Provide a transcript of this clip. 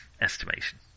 estimation